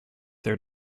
their